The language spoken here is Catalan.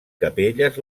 capelles